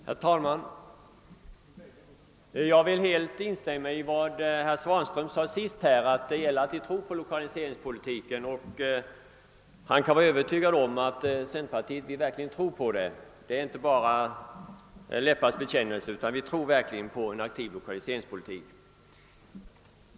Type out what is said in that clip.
Herr talman! Jag vill helt instämma i vad herr Svanberg sade om att det gäller att tro på lokaliseringspolitiken. Han kan vara övertygad om att centerpartiet verkligen tror på en aktiv lokaliseringspolitik och att detta inte bara är en läpparnas bekännelse.